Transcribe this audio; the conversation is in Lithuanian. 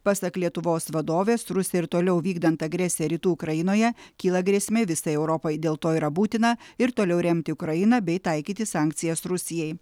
pasak lietuvos vadovės rusijai ir toliau vykdant agresiją rytų ukrainoje kyla grėsmė visai europai dėl to yra būtina ir toliau remti ukrainą bei taikyti sankcijas rusijai